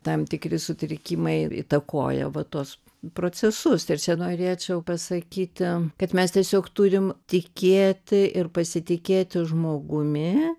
tam tikri sutrikimai įtakoja va tuos procesus ir čia norėčiau pasakyti kad mes tiesiog turim tikėti ir pasitikėti žmogumi